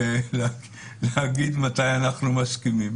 להגיד מתי אנחנו מסכימים.